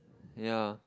ya